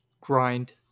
grind